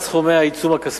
וכן הגדלת סכומי העיצום הכספי.